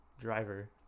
Driver